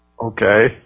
okay